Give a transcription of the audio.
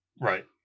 right